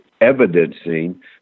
evidencing